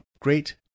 Great